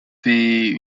fait